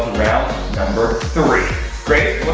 round number three